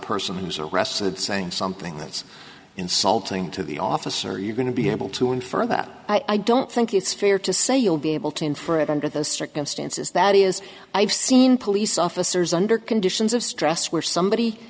person's arrested saying something that's insulting to the officer you're going to be able to infer that i don't think it's fair to say you'll be able to infer it under those circumstances that is i've seen police officers under conditions of stress where somebody